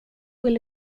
ville